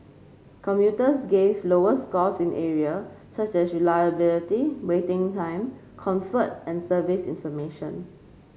commuters gave lower scores in area such as reliability waiting time comfort and service information